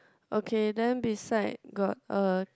okay then beside got a